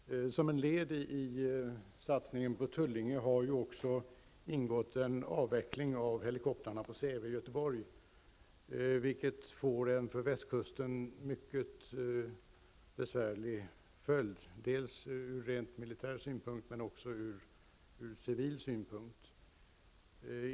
Fru talman! Som ett led i satsningen på Tullinge har ju också ingått en avveckling av helikoptrarna på Säve i Göteborg, vilket får en för västkusten mycket besvärlig följd, dels ur rent militär synpunkt, dels också ur civil synpunkt.